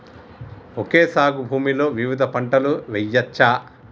Okay సాగు భూమిలో వివిధ పంటలు వెయ్యచ్చా?